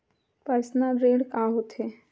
Personal ऋण का होथे?